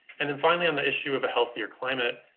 and then finally, on the issue of a healthier climate,